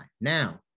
Now